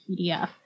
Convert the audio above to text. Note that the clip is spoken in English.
PDF